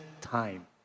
time